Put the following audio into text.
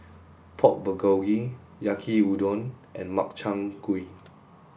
Pork Bulgogi Yaki Udon and Makchang Gui